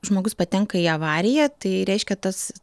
žmogus patenka į avariją tai reiškia tas